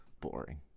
Boring